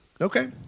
Okay